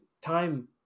time